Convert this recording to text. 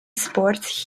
sports